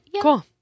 Cool